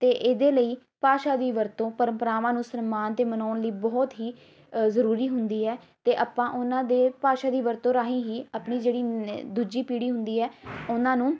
ਅਤੇ ਇਹਦੇ ਲਈ ਭਾਸ਼ਾ ਦੀ ਵਰਤੋਂ ਪਰੰਪਰਾਵਾਂ ਨੂੰ ਸਨਮਾਨ ਅਤੇ ਮਨਾਉਣ ਲਈ ਬਹੁਤ ਹੀ ਜ਼ਰੂਰੀ ਹੁੰਦੀ ਹੈ ਅਤੇ ਆਪਾਂ ਉਹਨਾਂ ਦੇ ਭਾਸ਼ਾ ਦੀ ਵਰਤੋਂ ਰਾਹੀਂ ਹੀ ਆਪਣੀ ਜਿਹੜੀ ਨ ਦੂਜੀ ਪੀੜ੍ਹੀ ਹੁੰਦੀ ਹੈ ਉਹਨਾਂ ਨੂੰ